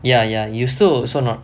ya ya you so also not